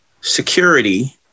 security